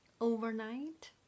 overnight